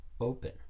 open